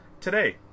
today